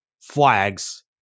flags